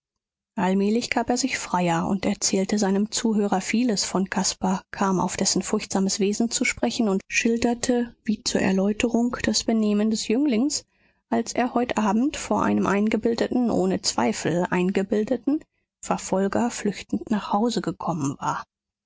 allmählich gab er sich freier und erzählte seinem zuhörer vieles von caspar kam auf dessen furchtsames wesen zu sprechen und schilderte wie zur erläuterung das benehmen des jünglings als er heute abend vor einem eingebildeten ohne zweifel eingebildeten verfolger flüchtend nach hause gekommen war